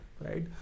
right